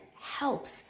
helps